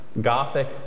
Gothic